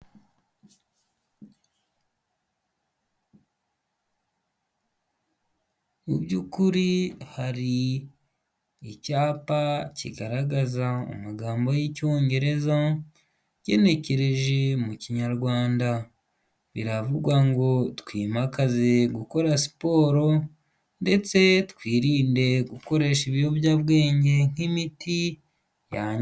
Mu byukuri hari icyapa kigaragaza amagambo y'icyongereza, ugenekereje mu kinyarwanda biravugwa ngo twimakaze gukora siporo, ndetse twirinde gukoresha ibiyobyabwenge nk'imiti yanjye.